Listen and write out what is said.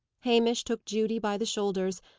hamish took judy by the shoulders,